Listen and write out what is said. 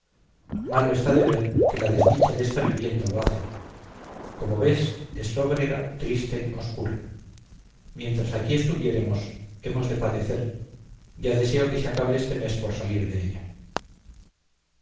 malo está de ver que la desdicha desta vivienda lo hace como ves es lóbrega triste obscura mientras aquí estuviéremos hemos de padecer ya deseo que se acabe este mes por salir della